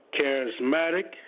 Charismatic